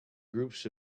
groups